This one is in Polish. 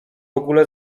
ogóle